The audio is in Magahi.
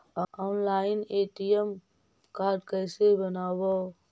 ऑनलाइन ए.टी.एम कार्ड कैसे बनाबौ?